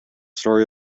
story